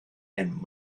and